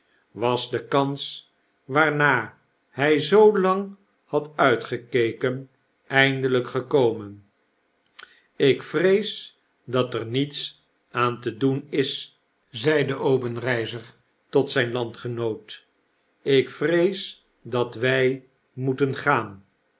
was de kans waarnaar hy zoo lang had uitgekeken eindelp gekomen lk vrees dat er niets aan te doen is zeide obenreizer tot zgn landgenoot ik vrees dat wy zullen moeten gaan